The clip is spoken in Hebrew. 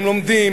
הם לומדים,